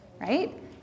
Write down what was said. right